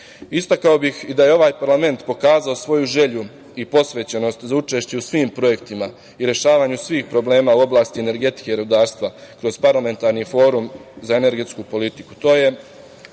bih i da je ovaj parlament pokazao svoju želju i posvećenost za učešće u svim projektima i rešavanju svih problema u oblasti energetike i rudarstva kroz Parlamentarni forum za energetsku politiku.